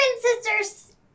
sisters